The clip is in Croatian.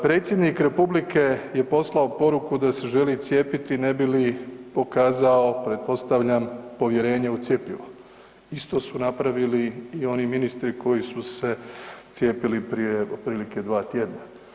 Predsjednik Republike je poslao poruku da se želi cijepiti ne bi li pokazao pretpostavljam povjerenje u cjepivo, isto su napravili i oni ministri koji su se cijepili prije otprilike dva tjedna.